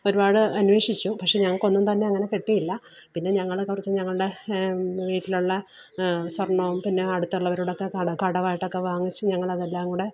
ഒരുപാട് അന്വേഷിച്ചു പക്ഷെ ഞങ്ങൾക്കൊന്നും തന്നെ അങ്ങനെ കിട്ടിയില്ല പിന്നെ ഞങ്ങൾ കുറച്ച് ഞങ്ങളുടെ വീട്ടിലുള്ള സ്വര്ണ്ണവും പിന്നെ അടുത്തുള്ളവരോടൊക്കെ കടമായിട്ടൊക്കെ വാങ്ങിച്ച് ഞങ്ങളതെല്ലാം കൂടെ